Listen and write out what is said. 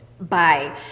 Bye